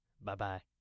Bye-bye